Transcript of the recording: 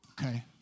Okay